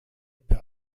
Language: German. per